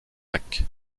lac